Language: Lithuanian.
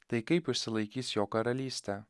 tai kaip išsilaikys jo karalystė